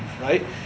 right